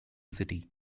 city